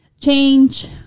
change